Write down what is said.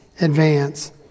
advance